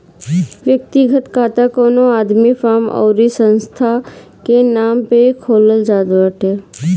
व्यक्तिगत खाता कवनो आदमी, फर्म अउरी संस्था के नाम पअ खोलल जात बाटे